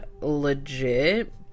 legit